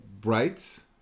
brights